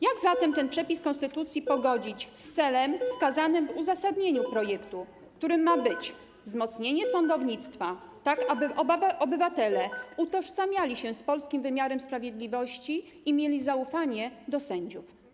Jak zatem ten przepis konstytucji pogodzić z celem wskazanym w uzasadnieniu projektu, którym ma być wzmocnienie sądownictwa, tak aby obywatele utożsamiali się z polskim wymiarem sprawiedliwości i mieli zaufanie do sędziów?